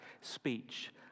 speech